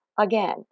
again